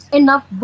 enough